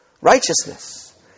righteousness